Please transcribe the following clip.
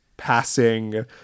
passing